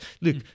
Look